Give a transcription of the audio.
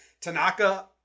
Tanaka